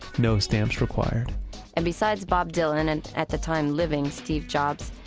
no stamps required and besides bob dylan and, at the time living, steve jobs,